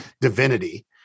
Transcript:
divinity